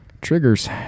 Triggers